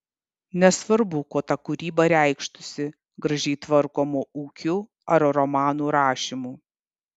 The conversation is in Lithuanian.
nesvarbu kuo ta kūryba reikštųsi gražiai tvarkomu ūkiu ar romanų rašymu